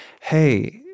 hey